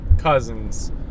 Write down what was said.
Cousins